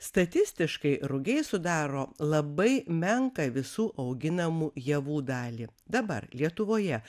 statistiškai rugiai sudaro labai menką visų auginamų javų dalį dabar lietuvoje